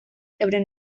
euren